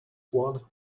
won